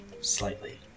slightly